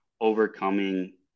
overcoming